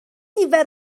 nifer